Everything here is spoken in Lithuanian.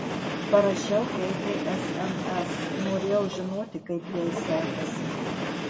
parašiau keitei sms norėjau žinoti kaip jai sekasi